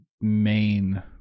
main